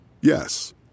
Yes